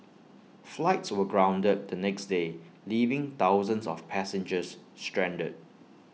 flights were grounded the next day leaving thousands of passengers stranded